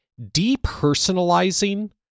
depersonalizing